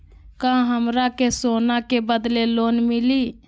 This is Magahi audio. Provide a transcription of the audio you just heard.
का हमरा के सोना के बदले लोन मिलि?